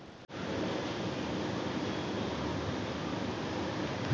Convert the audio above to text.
soybean तेल उघडे सोडू नका, ते वाळून जाईल